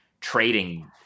trading